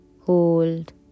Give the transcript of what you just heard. Hold